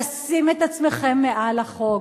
לשים את עצמכם מעל החוק.